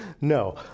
No